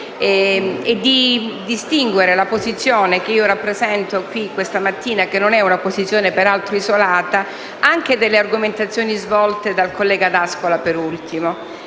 e di distinguere la posizione che io rappresento questa mattina - che peraltro non è isolata - anche dalle argomentazioni svolte dal collega D'Ascola per ultimo.